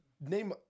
name